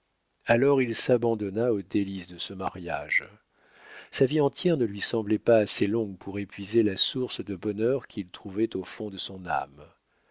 alors il s'abandonna aux délices de ce mariage sa vie entière ne lui semblait pas assez longue pour épuiser la source de bonheur qu'il trouvait au fond de son âme